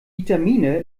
vitamine